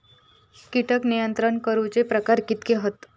कीटक नियंत्रण करूचे प्रकार कितके हत?